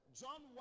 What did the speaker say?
John